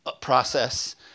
process